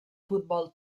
futbol